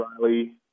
Riley